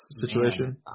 situation